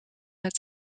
het